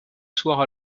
soir